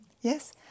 Yes